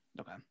Okay